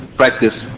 practice